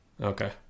Okay